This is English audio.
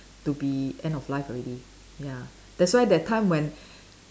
to be end of life already ya that's why that time when